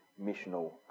missional